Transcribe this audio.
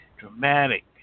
Dramatic